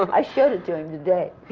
i showed it to him today.